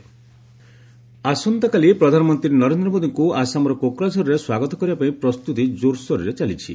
PM Kokrajhar visit ଆସନ୍ତାକାଲି ପ୍ରଧାନମନ୍ତ୍ରୀ ନରେନ୍ଦ୍ର ମୋଦୀଙ୍କୁ ଆସାମର କୋକ୍ରାଝରରେ ସ୍ୱାଗତ କରିବା ପାଇଁ ପ୍ରସ୍ତୁତି ଜୋରସୋରରେ ଚାଲିଛି